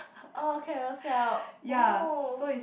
[oh]Carousel oh